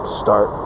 start